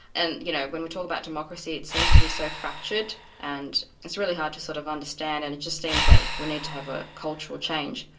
and you know when we talk about democracy, it seems to be so fractured, and it's really hard to sort of understand and it just seems that we need to have a cultural change.